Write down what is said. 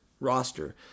roster